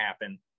happen